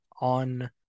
on